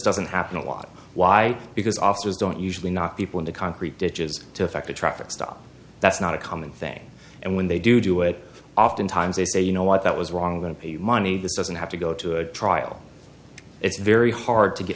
doesn't happen a lot why because officers don't usually not people in the concrete ditches to affect a traffic stop that's not a common thing and when they do do it often times they say you know what that was wrong and pay you money this doesn't have to go to a trial it's very hard to get